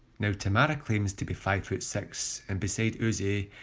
now tamara claims to be five foot six and beside uzi,